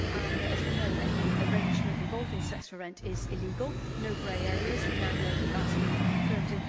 and as we know, any arrangement involving sex for rent is illegal no grey areas. we now know that that's been confirmed.